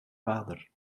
vader